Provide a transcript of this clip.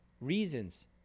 reasons